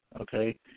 okay